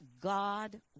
God